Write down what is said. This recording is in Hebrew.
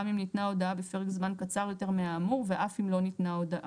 גם אם ניתנה הודעה בפרק זמן קצר יותר מהאמור ואף אם לא ניתנה הודעה".